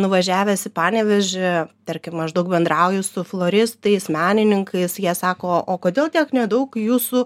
nuvažiavęs į panevėžį tarkim aš daug bendrauju su floristais menininkais jie sako o kodėl tiek nedaug jūsų